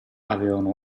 avevano